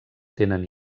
tenen